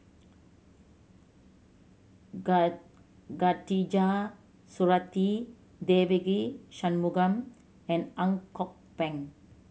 Khatijah Surattee Devagi Sanmugam and Ang Kok Peng